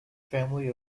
family